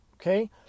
Okay